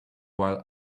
while